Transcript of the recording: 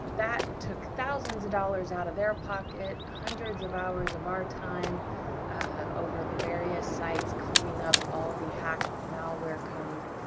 that took thousands of dollars out of their pocket, hundreds of hours of our time over the various sites, cleaning up all of the hacked malware code,